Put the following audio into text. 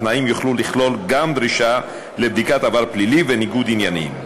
התנאים יוכלו לכלול גם דרישה לבדיקת עבר פלילי וניגוד עניינים,